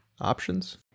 options